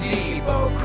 Depot